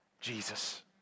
Jesus